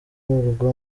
umurwa